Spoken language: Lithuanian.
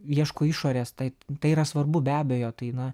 ieško išorės taip tai yra svarbu be abejo tai na